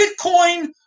Bitcoin